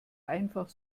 einfach